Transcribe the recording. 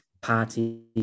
party